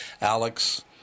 Alex